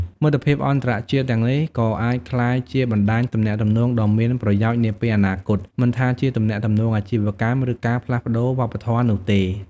មិត្តភាពអន្តរជាតិទាំងនេះក៏អាចក្លាយជាបណ្ដាញទំនាក់ទំនងដ៏មានប្រយោជន៍នាពេលអនាគត មិនថាជាទំនាក់ទំនងអាជីវកម្ម ឬការផ្លាស់ប្ដូរវប្បធម៌នោះទេ។